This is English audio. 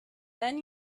then